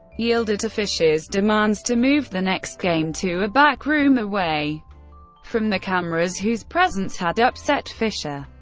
yielded to fischer's demands to move the next game to a back room, away from the cameras whose presence had upset fischer.